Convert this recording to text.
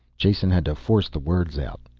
jason had to force the words out.